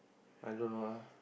I don't know lah